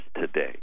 today